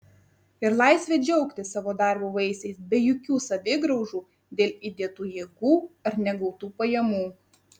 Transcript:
ir laisvę džiaugtis savo darbo vaisiais be jokių savigraužų dėl įdėtų jėgų ar negautų pajamų